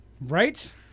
Right